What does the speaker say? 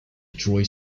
troy